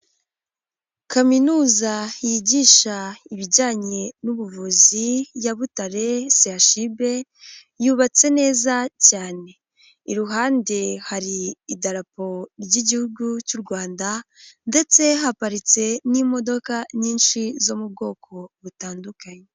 Kaminuza yigisha ibijyanye n'ubuvuzi ya Butare CHUB, yubatse neza cyane. Iruhande hari idarapo ry'igihugu cy'u Rwanda ndetse haparitse n'imodoka nyinshi zo mu bwoko butandukanye.